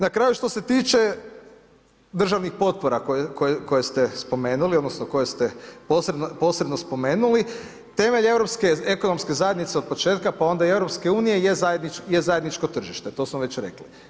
Na kraju što ste tiče državnih potpora koje ste spomenuli odnosno koje ste posredno spomenuli, temelj europske ekonomske zajednice od početka pa onda i EU-a je zajedničko tržište, to smo već rekli.